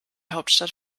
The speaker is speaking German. hauptstadt